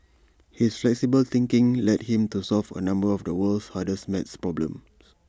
his flexible thinking led him to solve A number of the world's hardest math problems